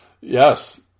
yes